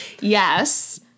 Yes